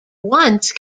once